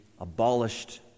abolished